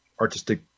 artistic